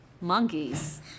Monkeys